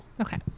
Okay